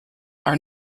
are